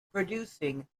producing